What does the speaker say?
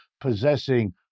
possessing